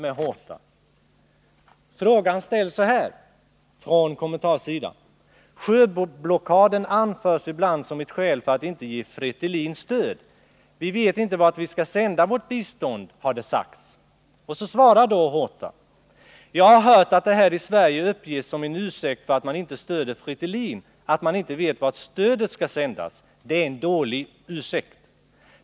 Kommentars fråga lyder: ”Sjöblockaden anförs ibland som ett skäl för att inte ge Fretilin stöd. Vi vet inte vart vi skall sända vårt bistånd, har det sagts.” Horta svarar: ”Jag har hört att det här i Sverige uppges som en ursäkt för att man inte stöder Fretilin att man inte vet vart stödet skall sändas. Det är en dålig ursäkt.